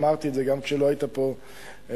אמרתי את זה גם כשלא היית פה באולם,